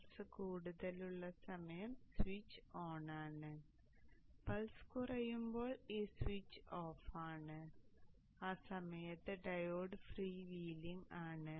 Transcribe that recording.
pulse കൂടുതലുള്ള സമയം switch ഓണാണ് പൾസ് കുറയുമ്പോൾ ഈ സ്വിച്ച് ഓഫ് ആണ് ആ സമയത്ത് ഡയോഡ് ഫ്രീ വീലിംഗ് ആണ്